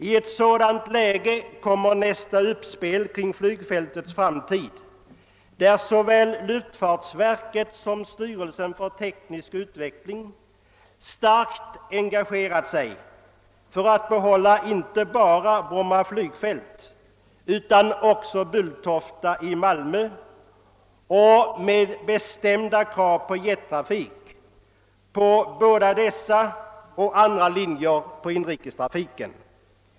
I ett sådant läge bör observeras ett uppspel kring flygfältets framtid, där såväl luft fartsverket som styrelsen för teknisk utveckling starkt engagerat sig för att behålla inte bara Bromma flygfält utan också Bulltofta i Malmö, med bestämda krav på jettrafik på både dessa och andra linjer i inrikestrafiken.